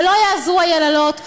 ולא יעזרו היללות,